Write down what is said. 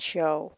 Show